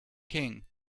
king